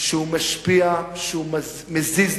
שהוא משפיע, שהוא מזיז דברים,